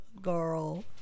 Girl